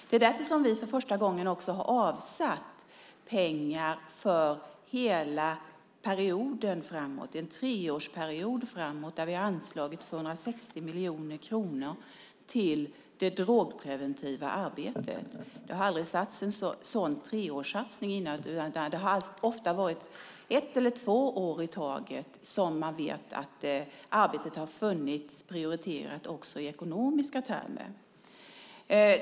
Det är därför vi för första gången har avsatt pengar för en hel treårsperiod framåt. Vi har anslagit 260 miljoner kronor till det drogpreventiva arbetet. Det har aldrig gjorts en sådan treårssatsning tidigare, utan det har ofta varit ett eller två år i taget som arbetet har funnits och varit prioriterat också i ekonomiska termer.